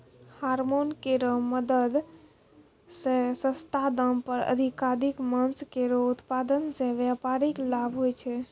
hormone केरो मदद सें सस्ता दाम पर अधिकाधिक मांस केरो उत्पादन सें व्यापारिक लाभ होय छै